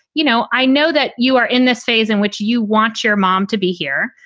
you know, i know that you are in this phase in which you want your mom to be here.